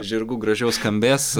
žirgų gražiau skambės